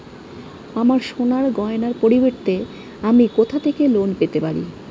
আমার সোনার গয়নার পরিবর্তে আমি কোথা থেকে লোন পেতে পারি?